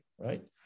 right